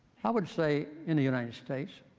i would say in the united states,